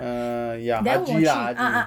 uh ya haji lah haji